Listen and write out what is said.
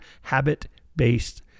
habit-based